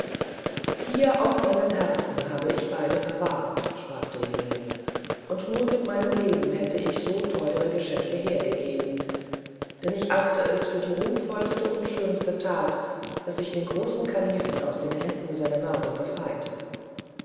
hier auf meinem herzen habe ich beide verwahrt sprach der jüngling und nur mit meinem leben hätte ich so teure geschenke hergegeben denn ich achte es für die ruhmvollste und schönste tat daß ich den großen kalifen aus den händen seiner mörder befreite